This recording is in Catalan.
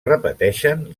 repeteixen